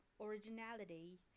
originality